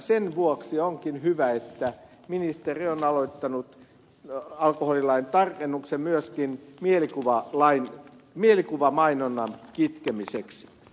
sen vuoksi onkin hyvä että ministeriö on aloittanut alkoholilain tarkennuksen myöskin mielikuvamainonnan kitkemiseksi